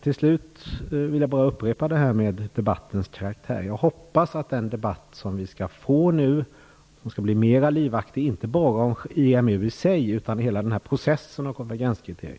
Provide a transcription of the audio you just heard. Till slut vill jag upprepa vad som sagts om debattens karaktär. Jag hoppas att den debatt som vi skall få blir mera livaktig. Det gäller då inte bara debatten om EMU i sig utan också hela processen och konvergenskriterierna.